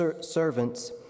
servants